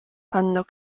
panno